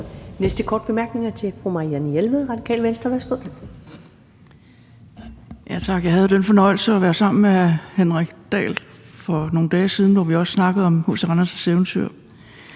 næste korte bemærkning er fra fru Marianne Jelved, Radikale Venstre. Værsgo. Kl. 16:45 Marianne Jelved (RV): Tak. Jeg havde den fornøjelse at være sammen med hr. Henrik Dahl for nogle dage siden, hvor vi også snakkede om H.C. Andersens eventyr.